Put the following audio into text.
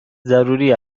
ضروری